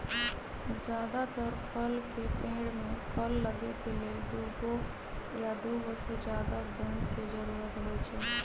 जदातर फल के पेड़ में फल लगे के लेल दुगो या दुगो से जादा गण के जरूरत होई छई